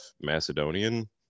Macedonian